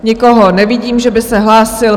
Nikoho nevidím, že by se hlásil.